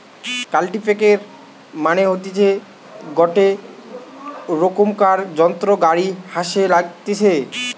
কাল্টিপ্যাকের মানে হতিছে গটে রোকমকার যন্ত্র গাড়ি ছাসে লাগতিছে